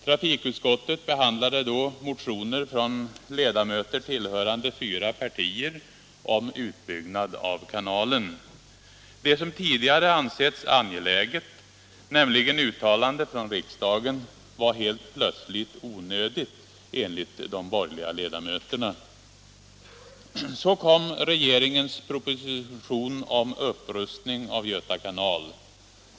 Trafikutskottet behandlade då motioner från ledamöter tillhörande fyra partier om utbyggnad av kanalen. Det som tidigare ansetts angeläget — nämligen ett uttalande från riksdagen — var helt plötsligt onödigt, enligt de borgerliga ledamöterna. Så kom regeringens proposition om upprustning av Göta kanal.